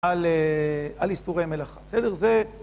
על איסורי מלאכה. בסדר? זה